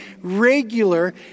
regular